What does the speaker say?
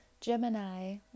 Gemini